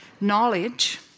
Knowledge